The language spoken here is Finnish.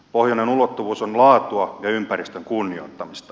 pohjoinen ulottuvuus on laatua ja ympäristön kunnioittamista